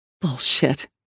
Bullshit